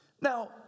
now